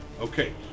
Okay